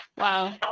Wow